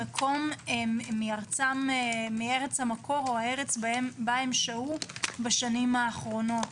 מארץ המקור או הארץ שבה שהו בשנים האחרונות.